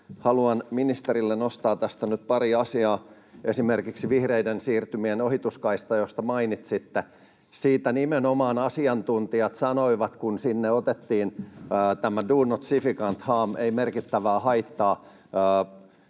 haluan ministerille nostaa tästä nyt pari asiaa, esimerkiksi vihreiden siirtymien ohituskaistan, josta mainitsitte. Siitä nimenomaan asiantuntijat sanoivat, kun sinne otettiin tämä do no significant harm, ’ei merkittävää haittaa’,